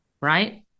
right